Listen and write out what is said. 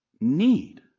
need